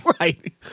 Right